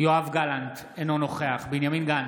יואב גלנט, אינו נוכח בנימין גנץ,